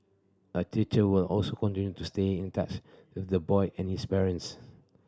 a teacher will also continue to stay in touch with the boy and his parents